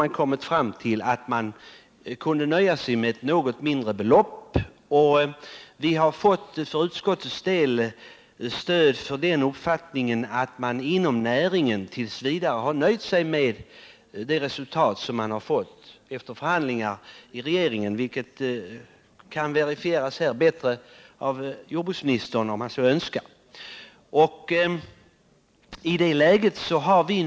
Utskottet har emellertid funnit att företrädare för branschen vid förhandlingar med regeringen har förklarat att de kan nöja sig med ett något lägre belopp, vilket jordbruksministern kan verifiera om han så önskar.